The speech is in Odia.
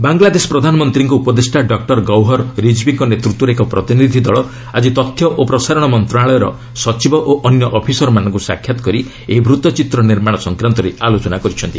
ବାଙ୍ଗଲାଦେଶ ପ୍ରଧାନମନ୍ତ୍ରୀଙ୍କ ଉପଦେଷ୍ଟା ଡକ୍ଟର ଗୌହର ରିଜ୍ବିଙ୍କ ନେତୃତ୍ୱରେ ଏକ ପ୍ରତିନିଧି ଦଳ ଆଜି ତଥ୍ୟ ଓ ପ୍ରସାରଣ ମନ୍ତ୍ରଣାଳୟର ସଚିବ ଓ ଅନ୍ୟ ଅଫିସରମାନଙ୍କୁ ସାକ୍ଷାତ କରି ଏହି ବୂତ୍ତ ଚିତ୍ର ନିର୍ମାଣ ସଂକ୍ରାନ୍ତରେ ଆଲୋଚନା କରିଛନ୍ତି